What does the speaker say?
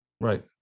Right